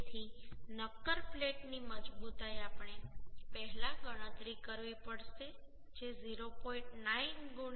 તેથી નક્કર પ્લેટની મજબૂતાઈ આપણે પહેલા ગણતરી કરવી પડશે જે 0